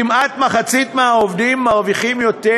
כמעט מחצית מהעובדים מרוויחים יותר